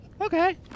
Okay